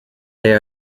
they